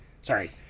Sorry